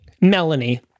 Melanie